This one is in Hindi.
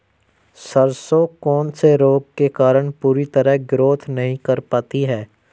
सरसों कौन से रोग के कारण पूरी तरह ग्रोथ नहीं कर पाती है?